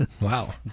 Wow